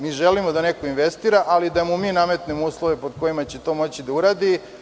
Mi želimo da neko investira, ali da mu mi nametnemo uslove pod kojima će to moći da uradi.